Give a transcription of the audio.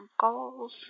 goals